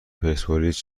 پرسپولیس